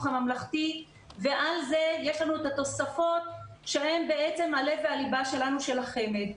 הממלכתי ועל זה יש לנו את התוספות שהם בעצם הלב והליבה שלנו של החמ"ד.